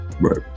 Right